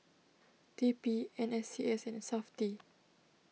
T P N S C S and Safti